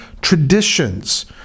traditions